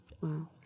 wow